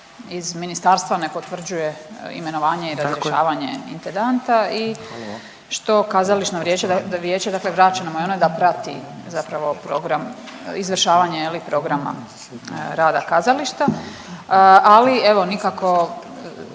iz ministarstva ne potvrđuje imenovanje i razrješavanje intendanta i što kazališno vijeće dakle vraćeno mu je ono da prati zapravo program izvršavanje programa rada kazališta, ali evo nikako